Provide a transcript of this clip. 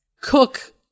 cook